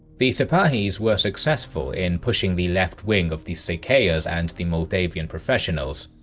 the sipahis were successful in pushing the left wing of the szekelers and the moldavian professionals,